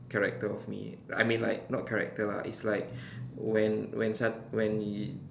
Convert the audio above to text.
character of me I mean like not character lah it's like when when sud~ when y~